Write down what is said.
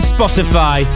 Spotify